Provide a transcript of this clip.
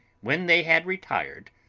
when they had retired,